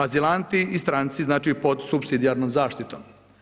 Azilanti i stranci, znači pod supsidijarnom zaštitom.